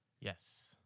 Yes